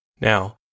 Now